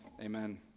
amen